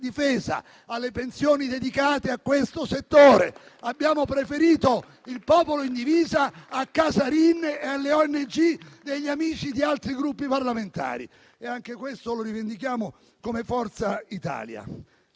difesa, alle pensioni dedicate a questo settore. Abbiamo preferito il popolo in divisa a Casarini e alle ONG degli amici di altri Gruppi parlamentari. Anche questo lo rivendichiamo come Forza Italia.